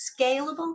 scalable